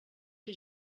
que